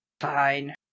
fine